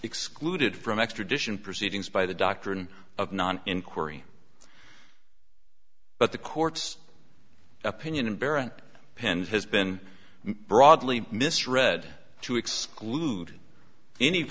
excluded from extradition proceedings by the doctrine of non inquiry but the court's opinion in berent pens has been broadly misread to exclude any